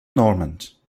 normand